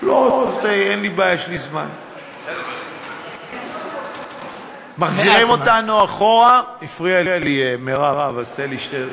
והנה מחזירים את בתי-הדין הרבניים